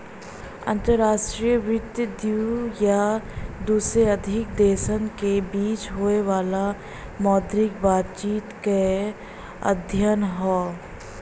अंतर्राष्ट्रीय वित्त दू या दू से अधिक देशन के बीच होये वाला मौद्रिक बातचीत क अध्ययन हौ